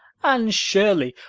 anne shirley,